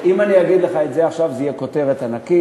אם אני אגיד לך את זה עכשיו זה יהיה כותרת ענקית.